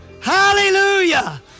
Hallelujah